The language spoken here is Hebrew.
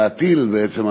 להטיל בעצם,